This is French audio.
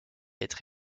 être